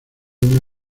una